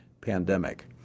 Pandemic